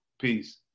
Peace